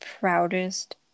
proudest